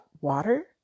water